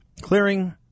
clearing